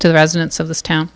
to the residents of this town